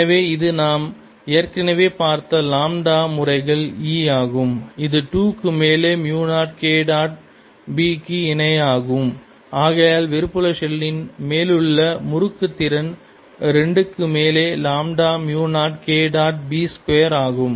எனவே இது நாம் ஏற்கனவே பார்த்த லாம்டா முறைகள் E ஆகும் இது 2 க்கு மேலே மியூ 0 K டாட் b க்கு இணையாகும் ஆகையால் வெளிப்புற ஷெல்லின் மேலுள்ள முறுக்கு திறன் 2 க்கு மேலே lambda mu 0 K dot b square ஆகும்